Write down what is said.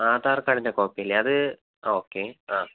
ആധാർ കാഡിന്റെ കോപ്പി അല്ലെ അത് ഓക്കെ അ